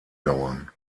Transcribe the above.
dauern